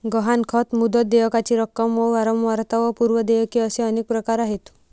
गहाणखत, मुदत, देयकाची रक्कम व वारंवारता व पूर्व देयक असे अनेक प्रकार आहेत